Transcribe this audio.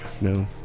No